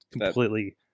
completely